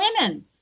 women